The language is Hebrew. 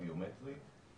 ובבקשת הרישום,